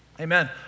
amen